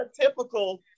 typical